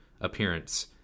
appearance